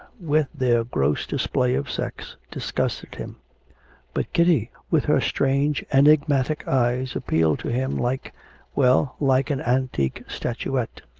with their gross display of sex, disgusted him but kitty, with her strange, enigmatic eyes, appealed to him like well, like an antique statuette.